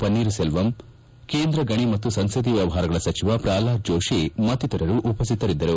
ಪನ್ನೀರು ಸೆಲ್ದಂ ಕೇಂದ್ರ ಗಣಿ ಮತ್ತು ಸಂಸದೀಯ ವ್ಣವಹಾರಗಳ ಸಚಿವ ಪ್ರಲ್ಹಾದ್ ಜೋಶಿ ಮತ್ತಿತರರು ಉಪಶ್ವಿತರಿದ್ದರು